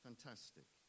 fantastic